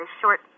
short